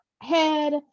head